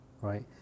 right